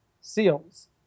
seals